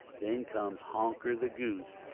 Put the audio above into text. then comes honker the goose,